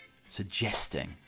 suggesting